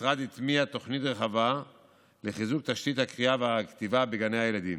המשרד הטמיע תוכנית רחבה לחיזוק תשתית הקריאה והכתיבה בגני הילדים.